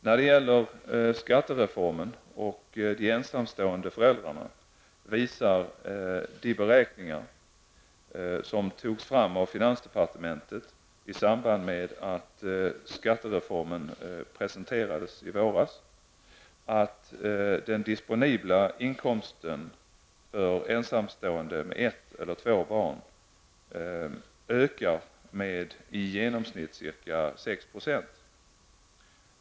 När det gäller skattereformen och de ensamstående föräldrarna visar de beräkningar som togs fram av finansdepartementet i samband med att skattereformen presenterades i våras, att den disponibla inkomsten för ensamstående med ett eller två barn ökar med i genomsnitt ca 6 %.